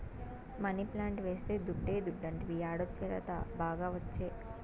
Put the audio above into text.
money plant వేస్తే దుడ్డే దుడ్డంటివి యాడొచ్చే లత, బాగా ఒచ్చే